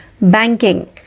Banking